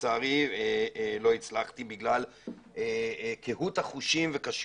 לצערי לא הצלחתי בגלל כהות החושים וקשות